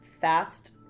fast